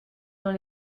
dans